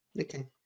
okay